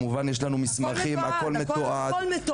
יש לנו מסמכים הכל מתועד,